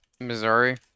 Missouri